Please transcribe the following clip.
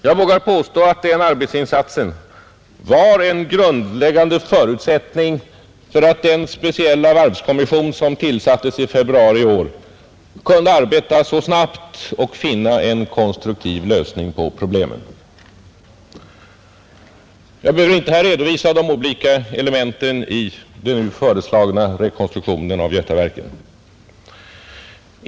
Jag vågar påstå att denna arbetsinsats var en grundförutsättning för att den speciella varvskommission som tillsattes i februari i år, kunde arbeta så snabbt och finna en konstruktiv lösning på problemet. Jag behöver inte här redovisa de olika elementen i den föreslagna rekonstruktionen av Götaverken.